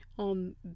on